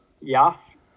Yes